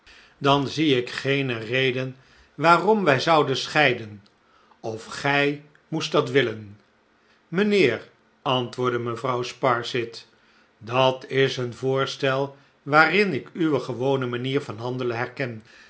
dan zie ik geene reden waarom wij zouden scheiden of gij moest dat willen mijnheer antwoordde mevrouw sparsit dat is een voorstel waarin ik uwe gewone manier van handelen herken